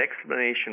explanation